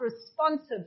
responsive